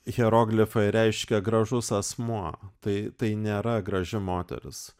hieroglifai reiškia gražus asmuo tai tai nėra graži moteris